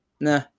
nah